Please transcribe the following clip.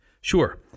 Sure